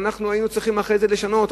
והיינו צריכים אחרי זה לשנות,